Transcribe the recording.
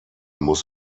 muss